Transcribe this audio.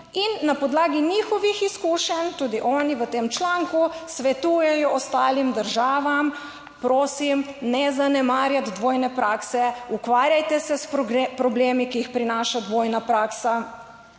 in na podlagi njihovih izkušenj tudi oni v tem članku svetujejo ostalim državam prosim, ne zanemarjati dvojne prakse, ukvarjajte se s problemi, ki jih prinaša dvojna praksa